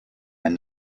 and